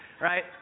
right